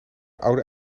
oude